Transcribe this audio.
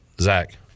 Zach